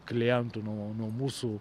klientų nuo nuo mūsų